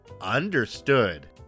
understood